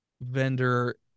vendor